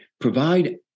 provide